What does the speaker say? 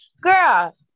girl